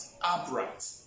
upright